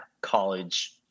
college-